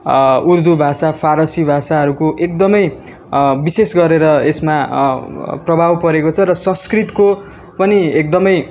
उर्दु भाषा फारसी भाषाहरूको एकदमै विशेष गरेर यसमा प्रभाव परेको छ र संस्कृतको पनि एकदमै